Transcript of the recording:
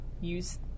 use